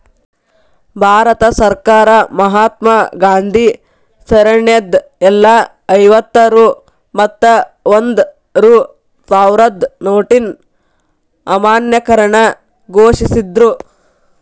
ಭಾರತ ಸರ್ಕಾರ ಮಹಾತ್ಮಾ ಗಾಂಧಿ ಸರಣಿದ್ ಎಲ್ಲಾ ಐವತ್ತ ರೂ ಮತ್ತ ಒಂದ್ ರೂ ಸಾವ್ರದ್ ನೋಟಿನ್ ಅಮಾನ್ಯೇಕರಣ ಘೋಷಿಸಿದ್ರು